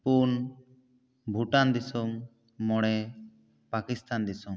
ᱯᱩᱱ ᱵᱷᱩᱴᱟᱱ ᱫᱤᱥᱚᱢ ᱢᱚᱬᱮ ᱯᱟᱠᱤᱥᱛᱟᱱ ᱫᱤᱥᱚᱢ